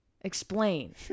explain